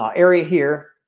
um area here.